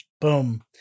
Boom